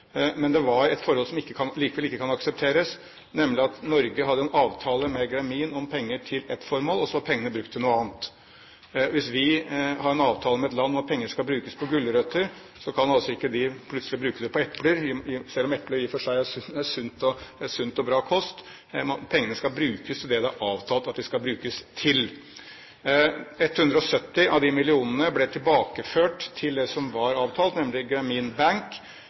Men det var et forhold som likevel ikke kan aksepteres, nemlig at Norge hadde en avtale med Grameen om penger til et formål, og så var pengene brukt til noe annet. Hvis vi har en avtale med et land om at penger skal brukes på gulrøtter, kan de altså ikke plutselig bruke dem på epler, selv om epler i og for seg er sunn og bra kost. Pengene skal brukes til det som det er avtalt at de skal brukes til. 170 av disse millionene ble tilbakeført til det som var avtalt, nemlig